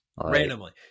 Randomly